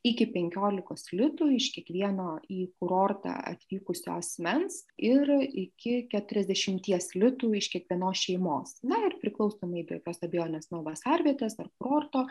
iki penkiolikos litų iš kiekvieno į kurortą atvykusio asmens ir iki keturiasdešimties litų iš kiekvieno šeimos na ir priklausomai be jokios abejonės nuo vasarvietės ar kurorto